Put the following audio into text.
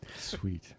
Sweet